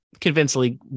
convincingly